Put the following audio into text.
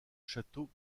château